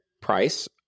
Price